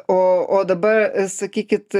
o o dabar sakykit